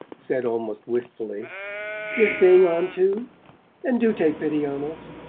said almost wistfully you're staying on too? then do take pity on us!